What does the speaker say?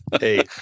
Hey